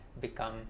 become